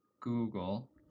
Google